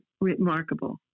remarkable